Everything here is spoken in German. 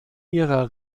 ihrer